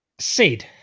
Sid